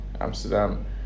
Amsterdam